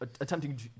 attempting